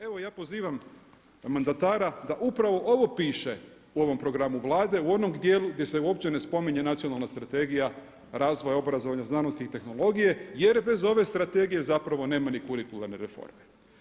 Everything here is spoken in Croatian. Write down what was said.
Evo ja pozivam mandatara da upravo ovo piše u ovom programu Vlade u onom dijelu gdje se uopće ne spominje Nacionalna strategija razvoja obrazovanja, znanosti i tehnologije jer bez ove strategije zapravo nema ni kurikularne reforme.